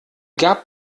gab